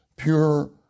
pure